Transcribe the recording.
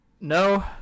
No